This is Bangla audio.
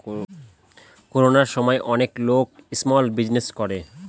করোনার সময় অনেক লোক স্মল বিজনেস করে